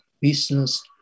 business